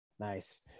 Nice